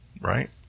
Right